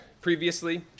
previously